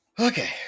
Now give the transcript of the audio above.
Okay